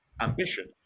ambition